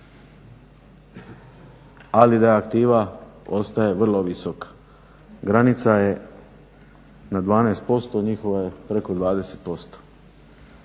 ali da aktiva ostaje vrlo visoka. Granica je na 12%, njihova je preko 20%.